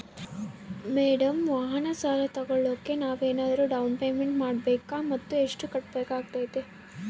Madam ವಾಹನ ಸಾಲ ತೋಗೊಳೋಕೆ ನಾವೇನಾದರೂ ಡೌನ್ ಪೇಮೆಂಟ್ ಮಾಡಬೇಕಾ ಮತ್ತು ಎಷ್ಟು ಕಟ್ಬೇಕಾಗ್ತೈತೆ?